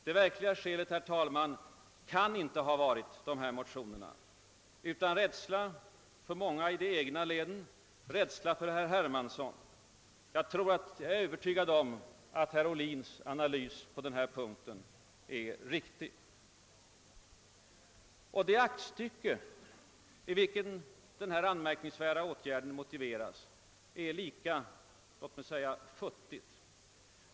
Det verkliga skälet kan inte, herr talman, ha varit dessa motioner, utan det har varit rädsla för många i de egna leden och rädsla för herr Hermansson. Jag är övertygad om att herr Ohlins analys i denna punkt är riktig. Det aktstycke, i vilken denna anmärkningsvärda åtgärd motiveras är — låt mig säga det — lika futtigt.